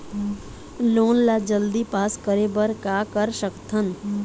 Loan ला जल्दी pass करे बर का कर सकथन?